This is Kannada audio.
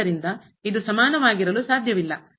ಆದ್ದರಿಂದ ಇದು ಸಮಾನವಾಗಿರಲು ಸಾಧ್ಯವಿಲ್ಲ